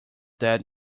that